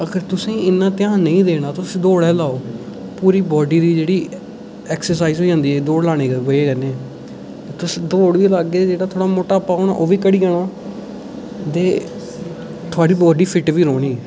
अगर तुसें गी इन्ना ध्यान नेईं देना तुस दौड़ गै लाओ पूरी बाड्डी दी जेह्डी ऐ़क्सरसाईज़ होई जंदी दौड़ लाने दी वजह् कन्नै तुस दौड गै लाह्गे तुं'दा जेह्ड़ा मटापा होना ओह् बी घटी जाना ते तुंदी बड्डी फिट बी रौह्नी